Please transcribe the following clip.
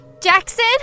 Jackson